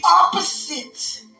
opposite